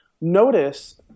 Notice